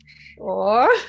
Sure